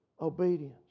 obedience